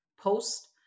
post